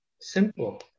Simple